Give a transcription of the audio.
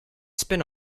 spin